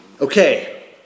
Okay